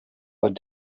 what